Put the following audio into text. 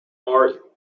are